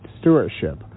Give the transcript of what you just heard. stewardship